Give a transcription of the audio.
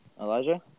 Elijah